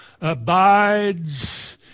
abides